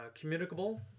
communicable